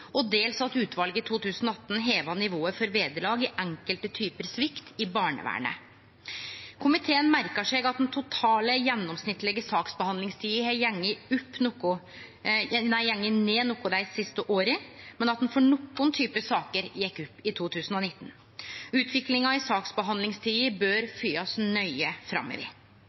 og dels at utvalet i 2018 heva nivået for vederlag i enkelte typar svikt i barnevernet. Komiteen merkar seg at den totale gjennomsnittlege saksbehandlingstida har gått noko ned dei siste åra, men at ho for nokre typar saker gjekk opp i 2019. Utviklinga i saksbehandlingstida bør følgjast nøye framover.